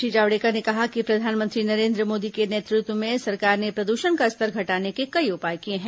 श्री जावड़ेकर ने कहा कि प्रधानमंत्री नरेन्द्र मोदी के नेतृत्व में सरकार ने प्रदूषण का स्तर घटाने के कई उपाय किए हैं